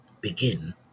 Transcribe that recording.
begin